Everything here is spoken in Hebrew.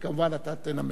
וכמובן, אתה תנמק.